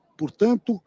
portanto